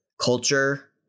culture